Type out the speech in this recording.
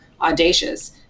audacious